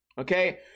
okay